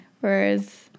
whereas